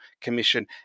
Commission